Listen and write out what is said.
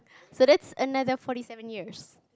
so that's another forty seven years